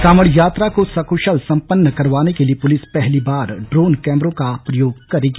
कांवड़ यात्रा को सकुशल सम्पन्न करवाने के लिए पुलिस पहली बार ड्रोन कैमरों का प्रयोग करेगी